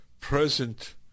present